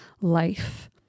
life